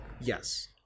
Yes